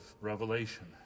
Revelation